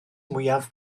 mwyaf